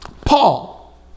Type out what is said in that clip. Paul